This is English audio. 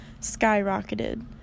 skyrocketed